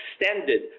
extended